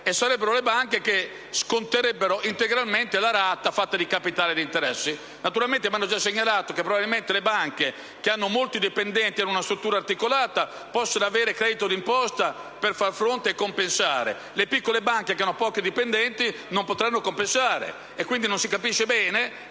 e sarebbero queste ultime che sconterebbero integralmente la rata fatta di capitali e di interessi. Mi hanno già segnalato che probabilmente le banche che hanno molti dipendenti ed una struttura articolata possono avere credito d'imposta per far fronte e compensare, le piccole banche che hanno pochi dipendenti non potranno compensare. Quindi, non si capisce bene